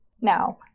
Now